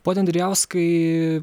pone andrijauskai